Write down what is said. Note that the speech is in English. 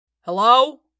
Hello